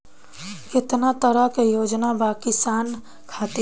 केतना तरह के योजना बा किसान खातिर?